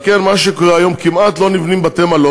על כן, היום כמעט לא נבנים בתי-מלון,